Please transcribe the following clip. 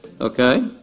okay